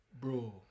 bro